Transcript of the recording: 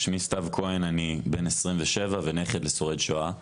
שמי סתו כהן, אני בן 27 ונכד לשורד שואה.